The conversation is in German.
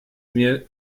mir